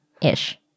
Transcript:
ish